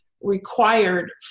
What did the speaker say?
required